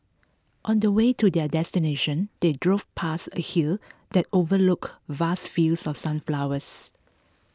on the way to their destination they drove past a hill that overlooked vast fields of sunflowers